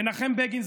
מנחם בגין,